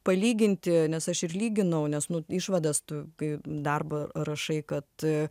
palyginti nes aš ir lyginau nes nu išvadas tu kai darbo rašai kad